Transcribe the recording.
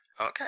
Okay